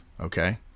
okay